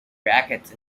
brackets